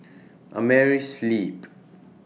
Ameri Sleep